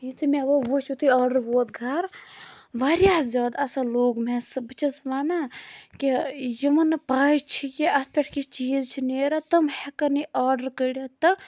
یی تہٕ مےٚ وُچھ یُتھُے آرڈَر ووت گَرٕ واریاہ زیادٕ اصل لوٚگ مےٚ سُہ بہٕ چھس ونان کہِ یِمن نہٕ پاے چھِ کہِ اَتھ پٮ۪ٹھ کِتھ چیٖز چھِ نیران تم ہیٚکن یہٕ آرڈَر کٔڑِتھ تہٕ